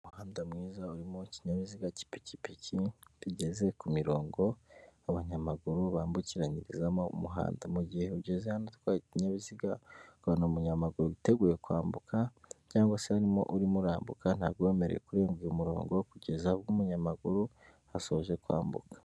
Umuhanda mwiza urimo ikinyabiziga cy'pikipiki, kigeze ku mirongo abanyamaguru bambukiranyirizamo umuhanda. Mugihe ugeze hano utwaye ikinyabiziga, ukabona umunyamaguru witeguye kwambuka, cyangwa se harimo urimo kwambuka ntabwo wemerewe kurenga uyu murongo kugeza ubwo umunyamaguru asoje kwambuka.